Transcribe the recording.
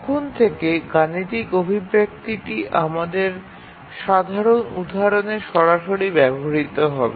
এখন থেকে গাণিতিক অভিব্যক্তিটি আমাদের সমস্ত উদাহরণে সরাসরি ব্যবহৃত হবে